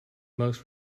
most